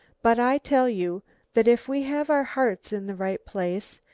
but i tell you that if we have our hearts in the right place,